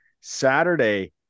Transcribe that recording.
Saturday